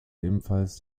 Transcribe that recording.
ebenfalls